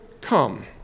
come